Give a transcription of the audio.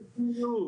בדיוק.